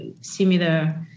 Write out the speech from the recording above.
similar